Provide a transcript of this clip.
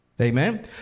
amen